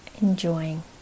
Enjoying